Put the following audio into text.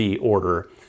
order